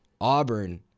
Auburn